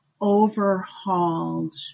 overhauled